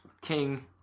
king